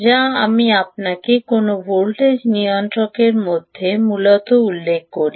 যা আমি আপনাকে কোনও ভোল্টেজ নিয়ন্ত্রকের মধ্যে মূলত উল্লেখ করি